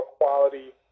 quality